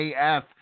AF